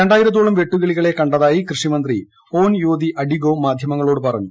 രണ്ടായിരത്തോളം വെട്ടുക്കിളികളെ കണ്ടതായി കൃഷിമന്ത്രി ഒൻ യോതി അഡിഗോ മാധ്യമങ്ങളോട് പറഞ്ഞു